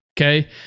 Okay